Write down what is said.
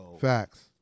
Facts